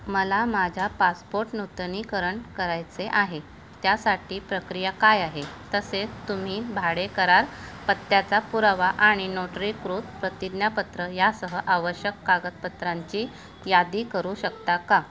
मला माझ्या पासपोट नूतनीकरण करायचे आहे त्यासाठी प्रक्रिया काय आहे तसे तुम्ही भाडेकरार पत्त्याचा पुरावा आणि नोटरीकृत प्रतिज्ञापत्र यासह आवश्यक कागदपत्रांची यादी करू शकता का